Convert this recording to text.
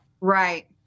Right